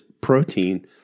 protein